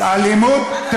אלימות.